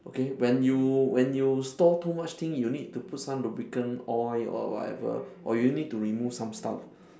okay when you when you store too much thing you need to put some lubricant oil or whatever or you need to remove some stuff